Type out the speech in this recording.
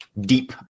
deep